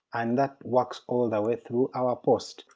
and that works all the way through our post.